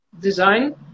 design